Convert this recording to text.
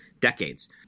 decades